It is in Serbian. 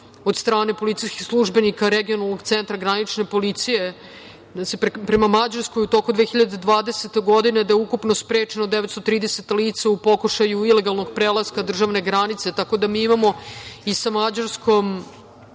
od strane policijskih službenika, Regionalnog centra granične policije, da se prema Mađarskoj u toku 2020. godine, da je ukupno sprečeno 930 lica u pokušaju ilegalnog prelaska državne granice, tako da mi imamo i sa Mađarskom